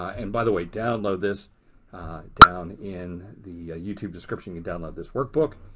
and by the way, download this down in the youtube description you download this workbook.